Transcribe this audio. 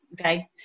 Okay